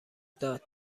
داد